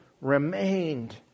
remained